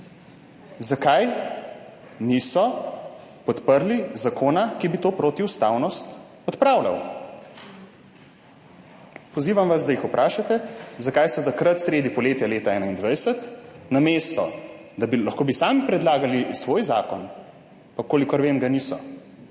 zakaj niso podprli zakona, ki bi to protiustavnost odpravljal. Pozivam vas, da jih vprašate, zakaj so takrat, sredi poletja leta 2021 – lahko bi sami predlagali svoj zakon, pa kolikor vem, ga niso.